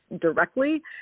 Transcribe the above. directly